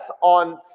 on